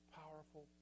powerful